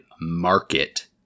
market